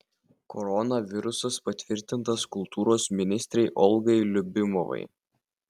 koronavirusas patvirtintas kultūros ministrei olgai liubimovai